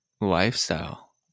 lifestyle